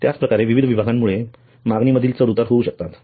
त्याच प्रकारे विविध विभागांमुळे मागणी मधील चढ उतार होऊ शकतात